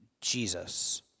Jesus